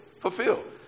fulfilled